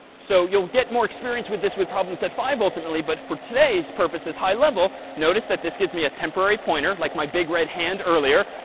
so you'll get more experience with this with problem set five ultimately. but for today's purposes, high level, notice that this gives me a temporary pointer, like my big red hand earlier.